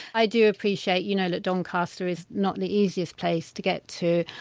i do appreciate you know that doncaster is not the easiest place to get to.